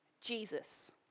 Jesus